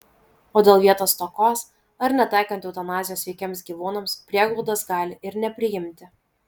o dėl vietos stokos ar netaikant eutanazijos sveikiems gyvūnams prieglaudos gali ir nepriimti